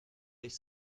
les